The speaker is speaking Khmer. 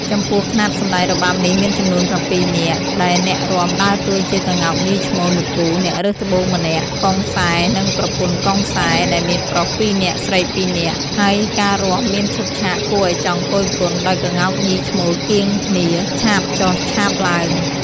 ចំពោះខ្នាតសម្តែងរបាំនេះមានចំនួន ៧នាក់ ដោយអ្នករាំដើរតួជាក្ងោកញីឈ្មោល ១គូ អ្នករើសត្បូងម្នាក់ កុងសែ និង ប្រពន្ធកុងសែ ដែលមាន ប្រុស ២នាក់ ស្រី ២នាក់ ហើយការរាំមានឈុតឆាកគួរឲ្យចង់គយគន់ ដោយក្ងោកញីឈ្មោលកៀងគ្នា ឆាបចុះឆាបឡើង ។